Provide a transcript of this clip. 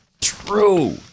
true